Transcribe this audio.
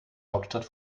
hauptstadt